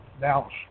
Dallas